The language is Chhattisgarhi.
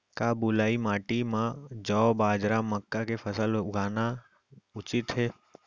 का बलुई माटी म जौ, बाजरा, मक्का के फसल लगाना उचित हे?